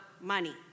money